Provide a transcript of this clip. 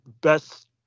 Best